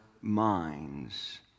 minds